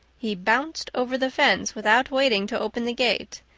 he bounced over the fence without waiting to open the gate,